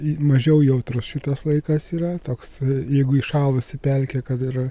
į mažiau jautrus šitas laikas yra toks jeigu įšalusi pelkė kad yra